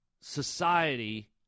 society